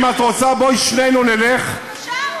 אם את רוצה, בואי שנינו נלך, בבקשה.